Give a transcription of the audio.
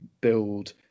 build